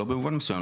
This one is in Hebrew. או לא במובן מסוים,